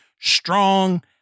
strong